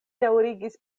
daŭrigis